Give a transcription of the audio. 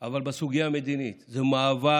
אבל בסוגיה המדינית זה מאבק